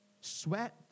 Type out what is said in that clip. sweat